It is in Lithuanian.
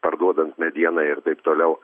parduodant medieną ir taip toliau